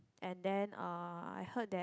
and then uh I heard that